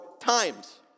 times